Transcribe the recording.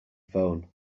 phone